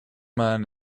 man